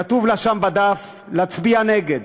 כתוב לה שם בדף להצביע נגד.